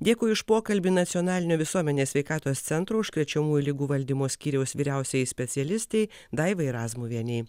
dėkui už pokalbį nacionalinio visuomenės sveikatos centro užkrečiamųjų ligų valdymo skyriaus vyriausiajai specialistei daivai razmuvienei